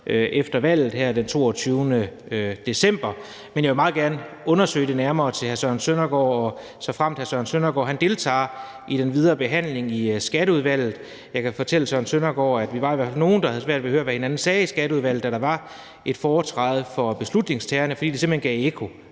efter valget her den 22. december. Men jeg vil meget gerne undersøge det nærmere for hr. Søren Søndergaard, såfremt hr. Søren Søndergaard deltager i den videre behandling i Skatteudvalget. Jeg kan fortælle hr. Søren Søndergaard, at vi i hvert fald var nogle, der havde svært ved at høre, hvad hinanden sagde i Skatteudvalget, da der var et foretræde for beslutningstagerne, fordi det simpelt hen gav ekko.